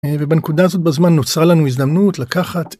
אה... ובנקודה הזאת בזמן, נוצרה לנו הזדמנות לקחת...